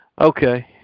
Okay